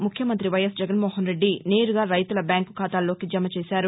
ముఖ్యమంతి వైఎస్ జగన్మోహన్ రెడ్డి నేరుగా రైతుల బ్యాంకు ఖాతాల్లోకి జమ చేశారు